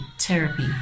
therapy